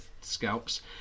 scalps